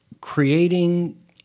creating